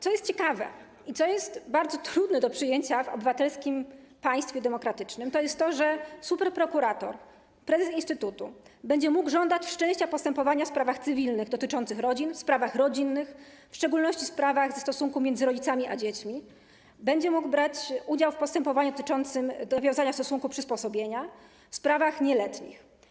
Co ciekawe i co jest bardzo trudne do przyjęcia w obywatelskim państwie demokratycznym, superprokurator, prezes instytutu będzie mógł żądać wszczęcia postępowania w sprawach cywilnych dotyczących rodzin, w sprawach rodzinnych, w szczególności w sprawach ze stosunku między rodzicami a dziećmi, będzie mógł brać udział w postępowaniu dotyczącym nawiązania stosunku przysposobienia w sprawach nieletnich.